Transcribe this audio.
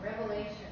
Revelation